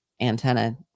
antenna